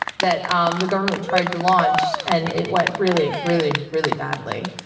that um the government tried to launch and it went really really really badly.